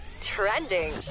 trending